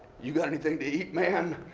you got anything to eat, man?